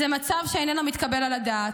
זה מצב שאיננו מתקבל על הדעת.